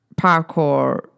parkour